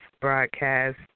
broadcast